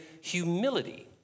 humility